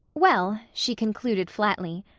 well, she concluded flatly,